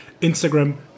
instagram